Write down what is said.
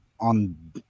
on